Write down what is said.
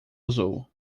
azul